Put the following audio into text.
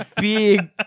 big